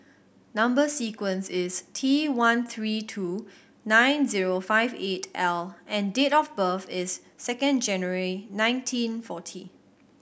number sequence is T one three two nine zero five eight L and date of birth is second January nineteen forty